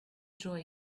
joy